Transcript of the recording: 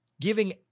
giving